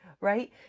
right